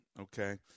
okay